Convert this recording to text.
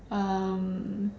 um